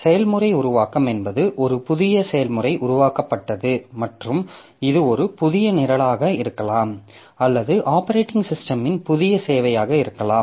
செயல்முறை உருவாக்கம் என்பது ஒரு புதிய செயல்முறை உருவாக்கப்பட்டது மற்றும் இது ஒரு புதிய நிரலாக இருக்கலாம் அல்லது ஆப்பரேட்டிங் சிஸ்டமின் புதிய சேவையாக இருக்கலாம்